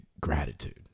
gratitude